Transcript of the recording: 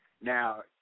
Now